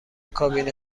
کابین